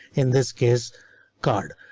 in this case card.